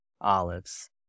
olives